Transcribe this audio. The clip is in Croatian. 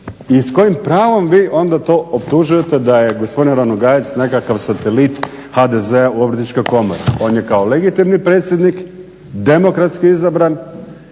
i s kojim pravom vi onda to optužujete da je gospodin Ranogajec nekakav satelit HDZ-a u Obrtničkoj komori? On je kao legitimni predsjednik demokratski izabran